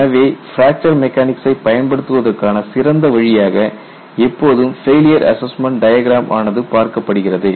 எனவே பிராக்சர் மெக்கானிக்சை பயன்படுத்துவதற்கான சிறந்த வழியாக எப்போதும் ஃபெயிலியர் அசஸ்மெண்ட் டயக்ராம் ஆனது பார்க்கப்படுகிறது